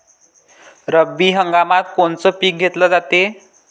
रब्बी हंगामात कोनचं पिक घेतलं जाते?